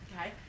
Okay